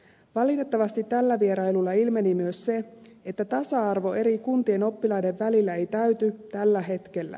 valitettavasti tällä vierailulla ilmeni myös se että tasa arvo eri kuntien oppilaiden välillä ei täyty tällä hetkellä